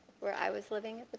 where i was living at the